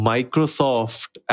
Microsoft